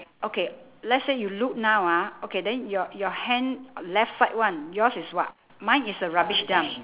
okay let's say you look now ah okay then your your hand left side one yours is what mine is a rubbish dump